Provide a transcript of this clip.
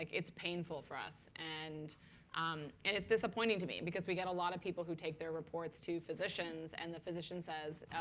it's painful for us. and um and it's disappointing to me because we get a lot of people who take their reports to physicians, and the physician says,